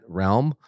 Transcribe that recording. realm